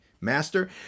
master